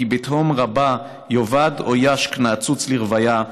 / כי בתהום רבה יאבד או ישק נעצוץ לרוויה,